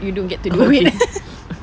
oh wait